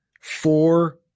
Four